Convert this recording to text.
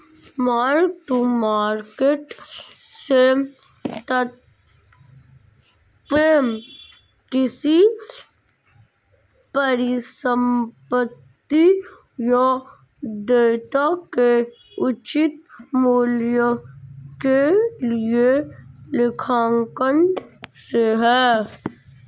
mark to market से तात्पर्य किसी परिसंपत्ति या देयता के उचित मूल्य के लिए लेखांकन से है